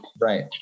right